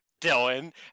Dylan